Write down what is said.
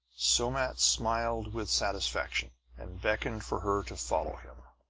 somat smiled with satisfaction, and beckoned for her to follow him.